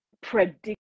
predict